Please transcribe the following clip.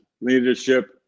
Leadership